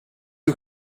who